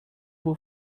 por